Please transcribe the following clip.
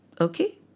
Okay